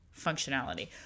functionality